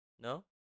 No